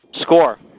Score